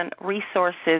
resources